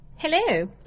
hello